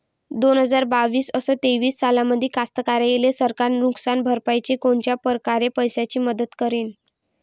दोन हजार बावीस अस तेवीस सालामंदी कास्तकाराइले सरकार नुकसान भरपाईची कोनच्या परकारे पैशाची मदत करेन?